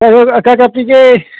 ꯀꯌꯥ ꯀꯌꯥ ꯄꯤꯒꯦ